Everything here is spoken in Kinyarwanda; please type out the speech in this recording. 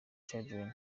children